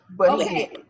Okay